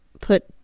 put